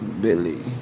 Billy